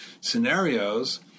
Scenarios